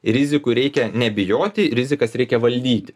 rizikų reikia nebijoti rizikas reikia valdyti